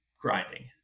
grinding